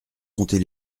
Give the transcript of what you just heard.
compter